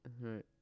right